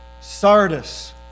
Sardis